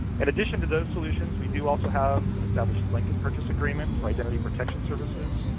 and addition to those solutions, we do also have an established blanket purchase agreement for identity protection services,